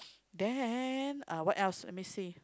then uh what else let me see